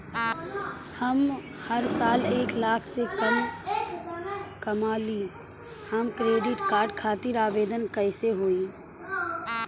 हम हर साल एक लाख से कम कमाली हम क्रेडिट कार्ड खातिर आवेदन कैसे होइ?